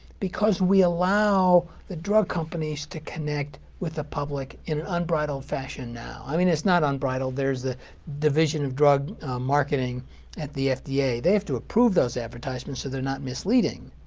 because we allow the drug companies to connect with the public in unbridled fashion now. i mean, it's not unbridled. there's the division of drug marketing at the fda. they have to approve those advertisements so they're not misleading.